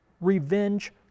revenge